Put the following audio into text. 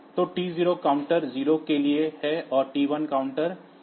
तो T0 counter 0 के लिए है और T1 काउंटर 1 के लिए है